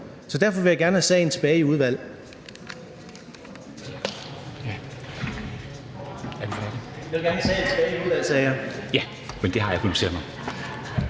Så derfor vil jeg gerne have sagen tilbage i udvalget.